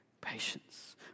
Patience